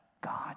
god